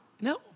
No